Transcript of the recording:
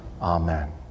Amen